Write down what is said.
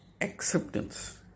Acceptance